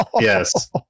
yes